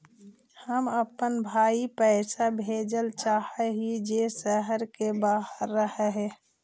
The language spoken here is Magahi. हम अपन भाई पैसा भेजल चाह हीं जे शहर के बाहर रह हे